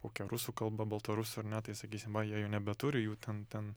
kokia rusų kalba baltarusių ar ne tai sakysim va jie jau nebeturi jų ten ten